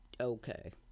Okay